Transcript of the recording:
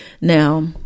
Now